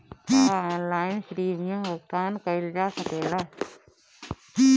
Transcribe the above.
का online premium भुगतान कईल जा सकेला?